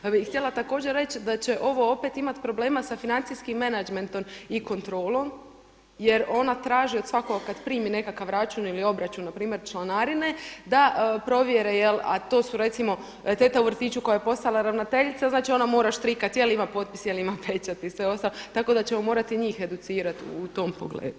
Pa bih htjela također reći da će ovo opet imati problema sa financijskim menadžmentom i kontrolom jer ona traži od svakoga kad primi nekakav račun ili obračun, na primjer članarine, da provjere jel' a to su recimo teta u vrtiću koja je postala ravnateljica, znači ona mora štrikati jel' ima potpis, jel' ima pečat i sve ostalo, tako da ćemo morati i njih educirati u tom pogledu.